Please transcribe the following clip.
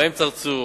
אברהים צרצור,